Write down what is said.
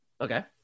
Okay